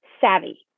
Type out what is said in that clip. savvy